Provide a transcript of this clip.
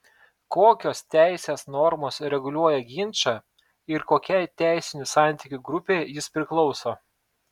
kokios teisės normos reguliuoja ginčą ir kokiai teisinių santykių grupei jis priklauso